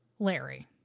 Larry